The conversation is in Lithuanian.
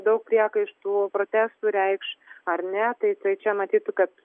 daug priekaištų protestų reikš ar ne tai čia matyt kad